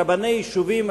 רבני יישובים,